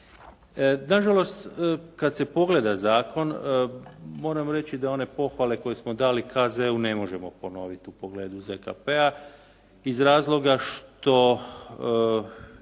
Na žalost, kad se pogleda zakon moram reći da one pohvale koje smo dali KZ-u ne možemo ponoviti u pogledu ZKP-a iz razloga što